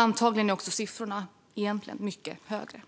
Antagligen är siffrorna egentligen mycket högre.